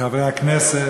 חברי הכנסת,